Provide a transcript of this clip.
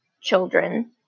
children